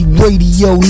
radio